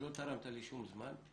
אז לא תרמת לי שום זמן.